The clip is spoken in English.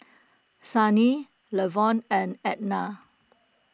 Sannie Lavon and Edna